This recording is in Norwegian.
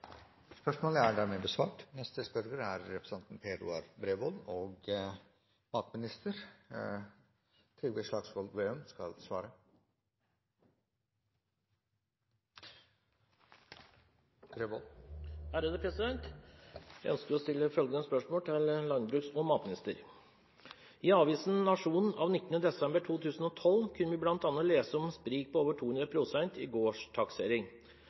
Jeg ønsker å stille følgende spørsmål til landbruks- og matministeren: «I avisen Nationen av 19. desember 2012 kunne vi bl.a. lese om sprik på over 200 pst. i gårdstaksering.